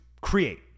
create